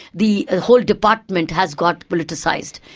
the whole department has got politicised,